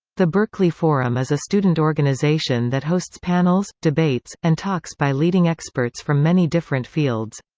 the berkeley forum is a student organization that hosts panels, debates, and talks by leading experts from many different fields.